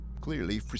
Clearly